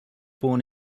born